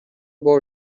بار